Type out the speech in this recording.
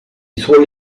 suoi